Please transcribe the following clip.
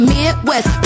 Midwest